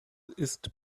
ist